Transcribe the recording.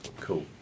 Cool